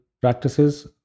practices